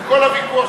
כל הוויכוח,